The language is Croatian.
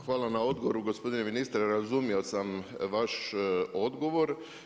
Hvala na odgovoru, gospodine ministre, razumio sam vaš odgovor.